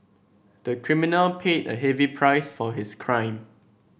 the criminal paid a heavy price for his crime